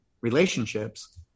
relationships